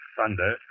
Thunder